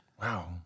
Wow